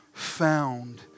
Found